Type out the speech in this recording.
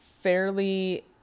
Fairly